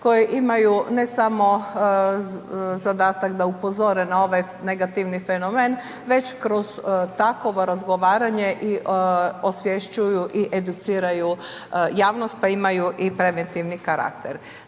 koje imaju ne samo zadatak da upozore na ovaj negativni fenomen, već kroz takovo razgovaranje i osvješćuju i educiraju javnost, pa imaju preventivni karakter.